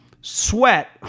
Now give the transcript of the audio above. Sweat